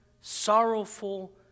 sorrowful